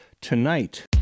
tonight